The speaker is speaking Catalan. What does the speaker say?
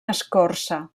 escorça